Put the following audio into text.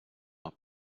are